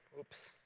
oops.